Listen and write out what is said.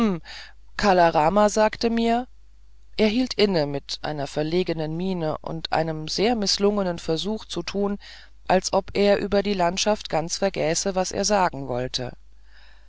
kala rama sagte mir er hielt inne mit einer verlegenen miene und einem sehr mißlungenen versuch zu tun als ob er über die landschaft ganz vergäße was er sagen wollte